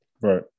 right